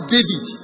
David